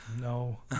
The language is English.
No